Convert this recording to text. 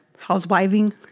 housewiving